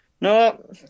No